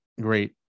great